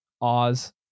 oz